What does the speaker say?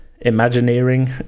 imagineering